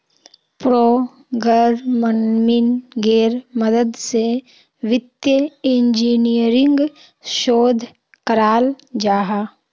प्रोग्रम्मिन्गेर मदद से वित्तिय इंजीनियरिंग शोध कराल जाहा